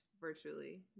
virtually